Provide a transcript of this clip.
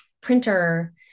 printer